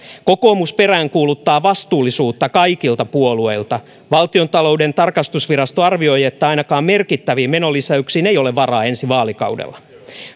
kokoomus peräänkuuluttaa vastuullisuutta kaikilta puolueilta valtiontalouden tarkastusvirasto arvioi että ainakaan merkittäviin menolisäyksiin ei ole varaa ensi vaalikaudella